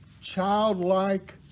childlike